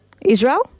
Israel